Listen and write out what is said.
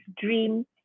dream